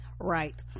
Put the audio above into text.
right